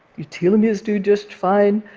your telomeres do just fine.